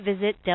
visit